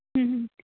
ਹੁੰ ਹੁੰ